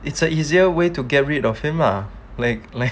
it's a easier way to get rid of him ah like like